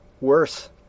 Worse